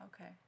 Okay